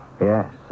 Yes